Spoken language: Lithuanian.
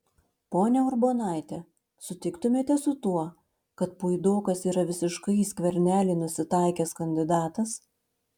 ponia urbonaite sutiktumėte su tuo kad puidokas yra visiškai į skvernelį nusitaikęs kandidatas